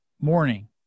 morning